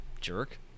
jerk